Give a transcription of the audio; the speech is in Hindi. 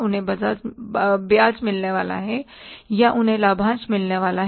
उन्हें ब्याज मिलने वाला है या उन्हें लाभांश मिलने वाला है